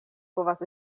povas